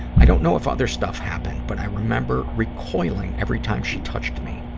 i don't know if other stuff happened, but i remember recoiling every time she touched me.